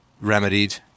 remedied